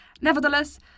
Nevertheless